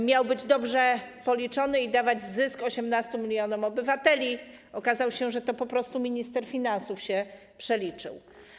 Miał być dobrze policzony i dawać zysk 18 mln obywateli - okazało się, że po prostu minister finansów się przeliczył.